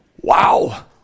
Wow